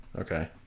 Okay